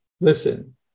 listen